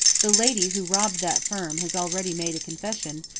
the lady who robbed that firm has already made a confession,